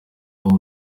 uwo